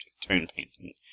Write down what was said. tone-painting